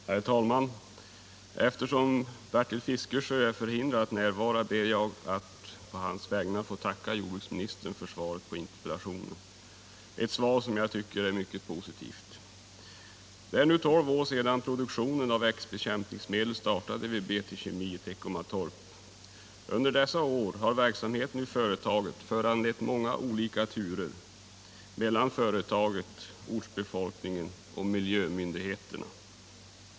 Herr talman! Eftersom Bertil Fiskesjö är förhindrad att närvara, ber jag att på hans vägnar få tacka jordbruksministern för svaret på interpellationen, ett svar som jag tycker är mycket positivt. Det är nu tolv år sedan produktionen av växtbekämpningsmedel startade vid BT Kemi AB i Teckomatorp. Under dessa år har verksamheten i företaget föranlett många olika turer mellan företaget, ortsbefolkningen och miljömyndigheterna.